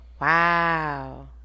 Wow